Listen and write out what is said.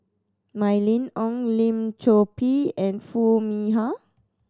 Mylene Ong Lim Chor Pee and Foo Mee Har